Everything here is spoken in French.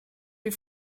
les